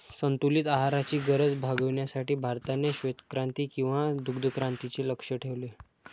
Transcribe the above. संतुलित आहाराची गरज भागविण्यासाठी भारताने श्वेतक्रांती किंवा दुग्धक्रांतीचे लक्ष्य ठेवले